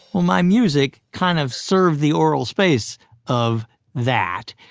well, my music kind of served the aural space of that.